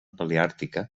paleàrtica